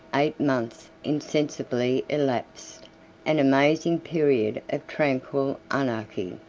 eight months insensibly elapsed an amazing period of tranquil anarchy,